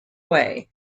way